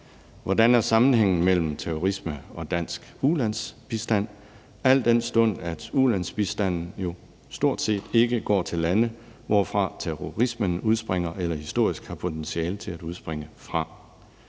Hvordan er sammenhængen mellem terrorisme og dansk ulandsbistand, al den stund at ulandsbistanden jo stort set ikke går til lande, hvorfra terrorismen udspringer eller historisk har potentiale til at udspringe fra?